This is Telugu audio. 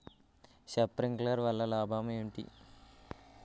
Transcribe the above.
శప్రింక్లర్ వల్ల లాభం ఏంటి?